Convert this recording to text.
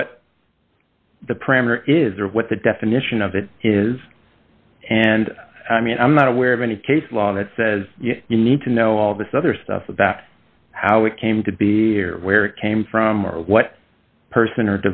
what the parameter is or what the definition of it is and i mean i'm not aware of any case law that says you need to know all this other stuff about how it came to be or where it came from or what person